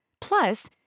Plus